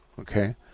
Okay